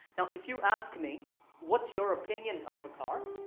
if you ask me what's your opinion of the car?